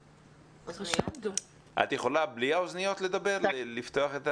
האם אתם יכולים או אני מתפרץ לדלת פתוחה של